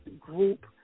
group